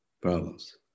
problems